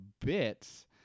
bits